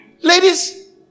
Ladies